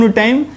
time